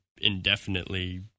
indefinitely